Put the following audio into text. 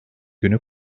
günü